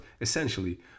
essentially